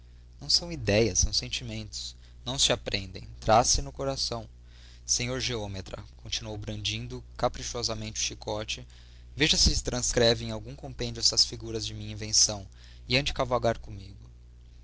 não são idéias são sentimentos não se aprendem trazem se no coração senhor geômetra continuou brandindo caprichosamente o chicote veja se transcreve em algum compêndio estas figuras de minha invenção e ande cavalgar comigo